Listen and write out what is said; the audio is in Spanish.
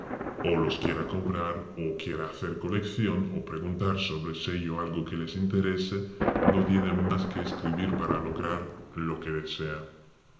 o los quiera comprar o quiera hacer colección o preguntar sobre sellos algo que le interese no tiene más que escribir para lograr lo que desea